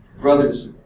Brothers